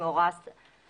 אם הורה השר.